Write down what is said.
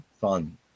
fun